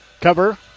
cover